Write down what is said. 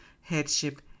headship